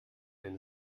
denn